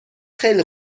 خیلی